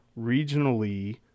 regionally